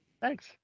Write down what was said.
Thanks